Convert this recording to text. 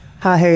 Hi